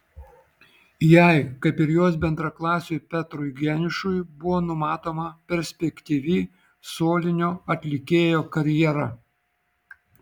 jai kaip ir jos bendraklasiui petrui geniušui buvo numatoma perspektyvi solinio atlikėjo karjera